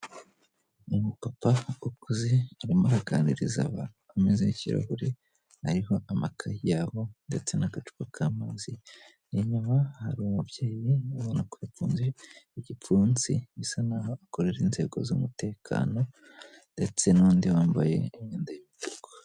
Umupapa ukuze arimo aganiriza abantu, ku meza y'ikirahure ariho amakaye yabo ndetse n'agacupa k'amazi, inyuma hari umubyeyi ubona ko yafunze igipfunsi bisa n'aho akorera inzego z'umutekano ndetse n'undi wambaye imyenda y'imituku.